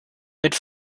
mit